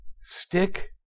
Stick